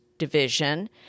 division